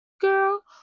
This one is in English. girl